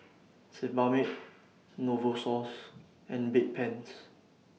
Sebamed Novosource and Bedpans